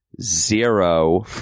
zero